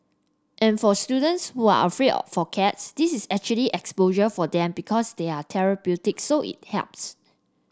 and for students who are afraid for cats this is actually exposure for them because they're therapeutic so it helps